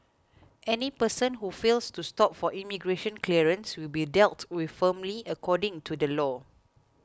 any person who fails to stop for immigration clearance will be dealt with firmly according to the law